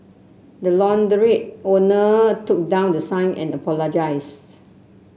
the launderette owner took down the sign and apologised